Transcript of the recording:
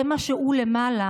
זה מה שהוא למעלה